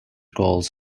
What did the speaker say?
goals